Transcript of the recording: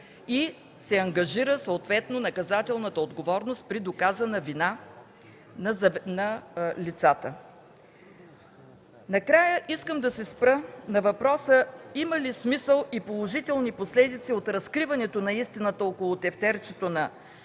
и се ангажира съответно наказателната отговорност при доказана вина на лицата. Искам да се спра на въпроса: има ли смисъл и положителни последици от разкриването на истината около тефтерчето на